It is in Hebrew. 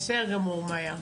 בסדר גמור, מיה.